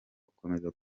gukomeza